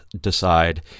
decide